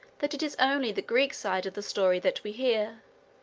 that it is only the greek side of the story that we hear.